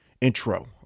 intro